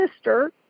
sister